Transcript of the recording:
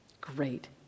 Great